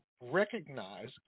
recognize